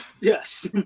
yes